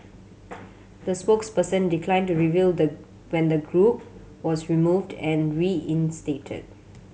the spokesperson declined to reveal the when the group was removed and reinstated